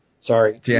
Sorry